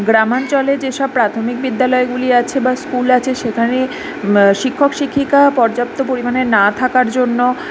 গ্রামাঞ্চলে যেসব প্রাথমিক বিদ্যালয়গুলি আছে বা স্কুল আছে সেখানে শিক্ষক শিক্ষিকা পর্যাপ্ত পরিমাণে না থাকার জন্য